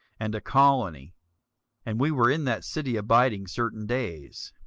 and a colony and we were in that city abiding certain days.